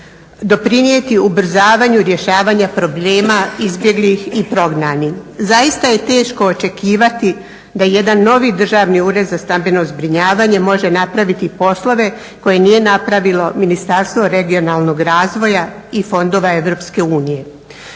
doprinijeti ubrzavanju rješavanja problema izbjeglih i prognanih. Zaista je teško očekivati da jedan novi državni ured za stambeno zbrinjavanje može napraviti poslove koje nije napravilo Ministarstvo regionalnog razvoja i fondova EU.